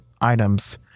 items